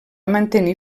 mantenir